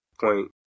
point